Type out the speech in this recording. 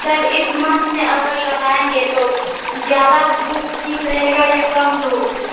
sir इस month में अगर लगाएंगे तो ज्यादा धूप ठीक रहेगा या कम धूप